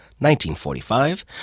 1945